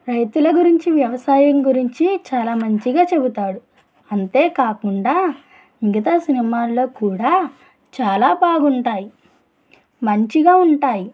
రైతుల గురించి వ్యవసాయం గురించి చాలా మంచిగా చెప్తాడు అంతే కాకుండా మిగతా సినిమాల్లో కూడా చాలా బాగుంటాయి మంచిగా ఉంటాయి